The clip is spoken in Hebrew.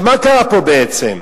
מה קרה פה בעצם?